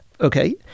Okay